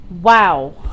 Wow